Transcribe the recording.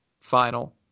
final